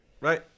Right